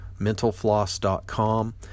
mentalfloss.com